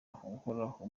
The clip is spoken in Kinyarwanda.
uhoraho